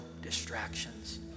distractions